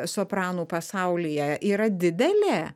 sopranų pasaulyje yra didelė